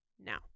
now